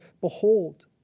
Behold